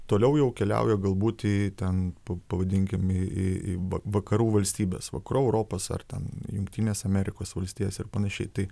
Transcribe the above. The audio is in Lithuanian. toliau jau keliauja gal būt į ten pavadinkim į į vakarų valstybes vakarų europos ar ten jungtinėse amerikos valstijas ir panašiai tai